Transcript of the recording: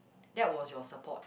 that was your support